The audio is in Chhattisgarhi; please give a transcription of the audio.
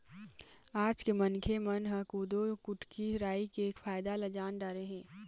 आज के मनखे मन ह कोदो, कुटकी, राई के फायदा ल जान डारे हे